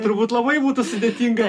turbūt labai būtų sudėtinga